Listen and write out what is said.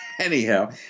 anyhow